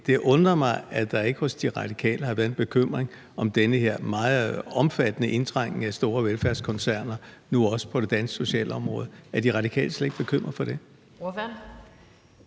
undret mig, at der ikke hos De Radikale har været en bekymring over den her meget omfattende indtrængen af store velfærdskoncerner, nu også på det danske socialområde. Er De Radikale slet ikke bekymret for det?